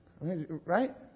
Right